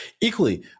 Equally